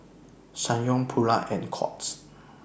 Ssangyong Pura and Courts